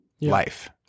life